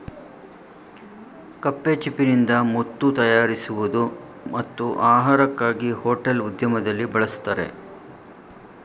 ಕಪ್ಪೆಚಿಪ್ಪಿನಿಂದ ಮುತ್ತು ತಯಾರಿಸುವುದು ಮತ್ತು ಆಹಾರಕ್ಕಾಗಿ ಹೋಟೆಲ್ ಉದ್ಯಮದಲ್ಲಿ ಬಳಸ್ತರೆ